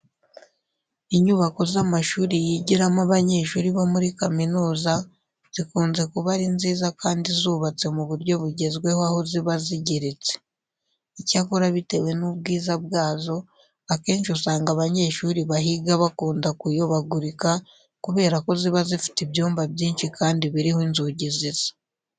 Inyubako z'amashuri yigiramo abanyeshuri bo muri kaminuza zikunze kuba ari nziza kandi zubatse mu buryo bugezweho aho ziba zigeretse. Icyakora bitewe n'ubwiza bwazo, akenshi usanga abanyeshuri bahiga bakunda kuyobagurika kubera ko ziba zifite ibyumba byinshi kandi biriho inzugi zisa.